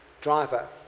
Driver